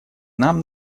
нам